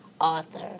author